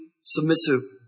submissive